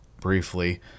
briefly